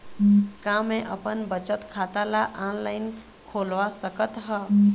का मैं अपन बचत खाता ला ऑनलाइन खोलवा सकत ह?